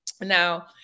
Now